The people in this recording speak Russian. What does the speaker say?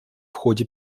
ходе